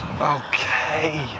okay